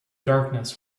darkness